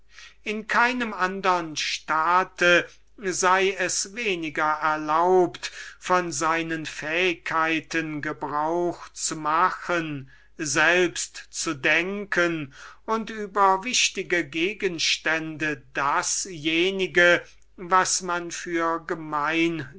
in keinem andern staat sei es weniger erlaubt von seinen fähigkeiten gebrauch zu machen selbst zu denken und über wichtige gegenstände dasjenige was man für gemeinnützlich